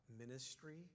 ministry